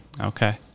Okay